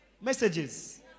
messages